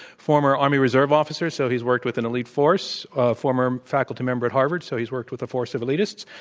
former army reserve officer, so he's worked with an elite force, ah former faculty member at harvard, so he's worked with a force of elitists,